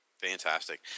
Fantastic